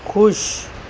خوش